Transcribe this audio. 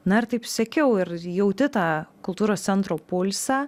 na ir taip sekiau ir jauti tą kultūros centro pulsą